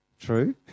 True